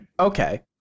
Okay